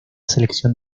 selección